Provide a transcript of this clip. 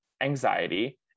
anxiety